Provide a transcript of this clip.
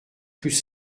plus